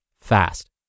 fast